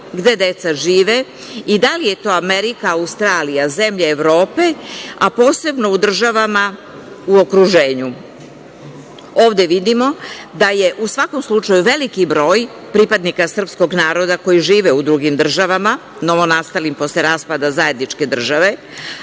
gde deca žive i da li je to Amerika, Australija, zemlje Evrope, a posebno u državama u okruženju. Ovde vidimo da je, u svakom slučaju, veliki broj pripadnika srpskog naroda koji žive u drugim državama, novonastalim posle raspada zajedničke države,